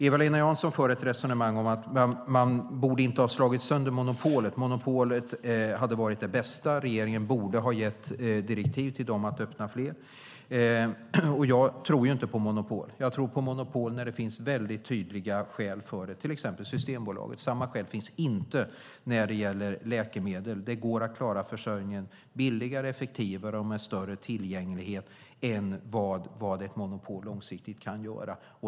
Eva-Lena Jansson för ett resonemang om att man inte borde ha slagit sönder monopolet. Monopolet hade varit det bästa. Regeringen borde ha gett direktiv till Apoteksbolaget att öppna fler apotek. Jag tror ju inte på monopol. Jag tror på monopol när det finns väldigt tydliga skäl för det, till exempel Systembolaget. Samma skäl finns inte när det gäller läkemedel. Det går att klara försörjningen billigare, effektivare och med större tillgänglighet än vad ett monopol långsiktigt kan göra.